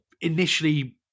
initially